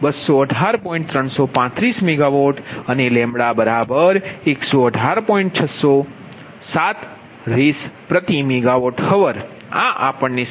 તેથી કુલ CTC1C2C3 500 41 × 258669 0